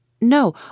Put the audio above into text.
no